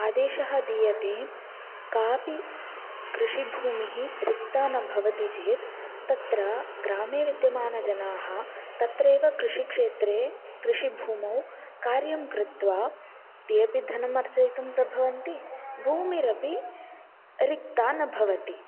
आदेशः दीयते कापि कृषिभूमिः रिक्ता न भवति चेत् तत्र ग्रामे विद्यमानजनाः तत्रेव कृषिक्षेत्रे कृषिभूमौ कार्यं कृत्वा तेऽपि धनं अर्चयितुं प्रभवन्ति भूमिरपि रिक्ता न भवति